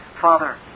Father